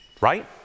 right